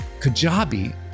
Kajabi